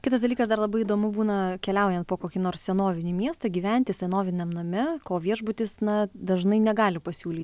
kitas dalykas dar labai įdomu būna keliaujant po kokį nors senovinį miestą gyventi senoviniam name ko viešbutis na dažnai negali pasiūly